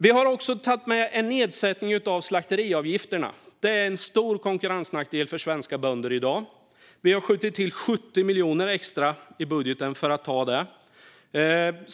Vi har också tagit med en nedsättning av slakteriavgifterna, som är en stor konkurrensnackdel för svenska bönder i dag. Vi skjuter till 70 miljoner extra i vår budget för att ta det.